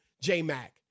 J-Mac